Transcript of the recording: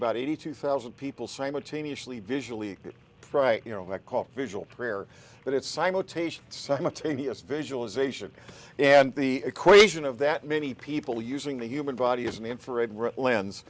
about eighty two thousand people simultaneously visually right you know what i call visual prayer and it's simultaneous visualization and the equation of that many people using the human body as an infrared plan